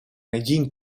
negin